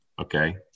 Okay